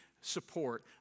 support